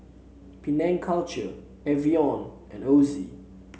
Penang Culture Evian and Ozi